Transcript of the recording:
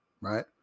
right